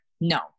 no